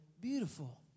beautiful